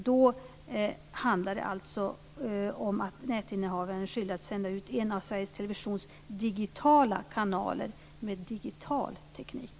Då handlar det om att nätinnehavaren är skyldig att sända ut en av Sveriges televisions digitala kanaler med digital teknik.